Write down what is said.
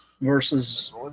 versus